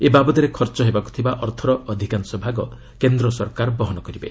ଏ ବାବଦରେ ଖର୍ଚ୍ଚ ହେବାକୁ ଥିବା ଅର୍ଥର ଅଧିକାଂଶ ଭାଗ କେନ୍ଦ୍ର ସରକାର ବହନ କରିବେ